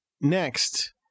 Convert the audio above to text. Next